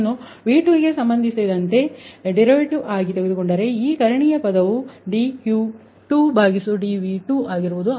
ಇದನ್ನು V2 ಗೆ ಸಂಬಂಧಿಸಿದಂತೆ ಡರಿವಿಟಿವ ಆಗಿ ತೆಗೆದುಕೊಂಡರೆ ಈ ಕರ್ಣೀಯ ಪದವು dQ2dV2ಆಗುವುದು